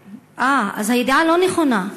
אה, אז הידיעה לא נכונה.